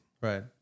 Right